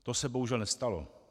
To se bohužel nestalo.